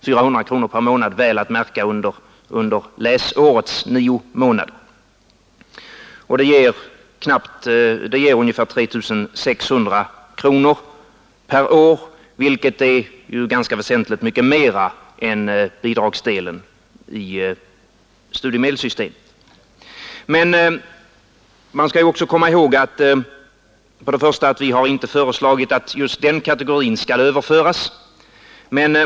Detta gäller, väl att märka, under läsårets nio månader och ger ungefär 3 600 kronor per år, vilket är väsentligt mycket mer än bidragsdelen enligt studiemedelssystemet.